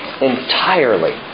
entirely